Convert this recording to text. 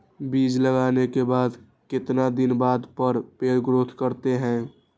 बीज लगाने के बाद कितने दिन बाद पर पेड़ ग्रोथ करते हैं?